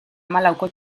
hamalauko